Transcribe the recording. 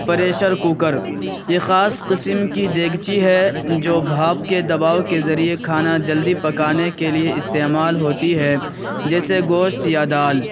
pressure cooker یہ خاص قسم کی دیگچی ہے جو بھاپ کے دباؤ کے ذریعے کھانا جلدی پکانے کے لیے استعمال ہوتی ہے جیسے گوشت یا دال